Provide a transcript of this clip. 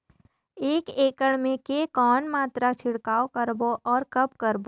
एक एकड़ मे के कौन मात्रा छिड़काव करबो अउ कब करबो?